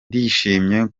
ndishimye